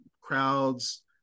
crowds